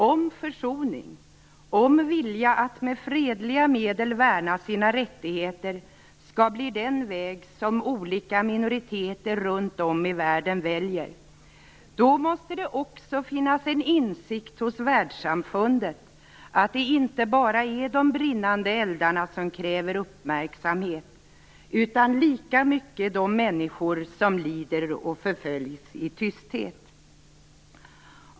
Om försoning och vilja att med fredliga medel värna sina rättigheter skall bli den väg som olika minoriteter runt om i världen väljer, då måste det också finnas en insikt hos världssamfundet att det inte bara är de brinnande eldarna som kräver uppmärksamhet utan lika mycket de människor som lider och förföljs i tysthet.